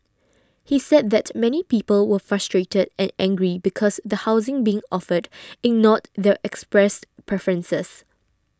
he said that many people were frustrated and angry because the housing being offered ignored their expressed preferences